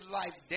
life